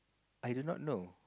I do not know